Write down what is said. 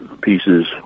pieces